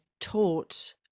taught